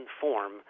form